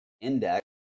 index